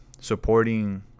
supporting